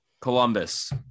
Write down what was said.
Columbus